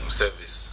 service